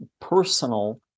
personal